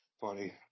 funny